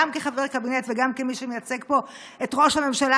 גם כחבר קבינט וגם כמי שמייצג פה את ראש הממשלה,